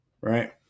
Right